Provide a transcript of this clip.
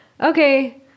Okay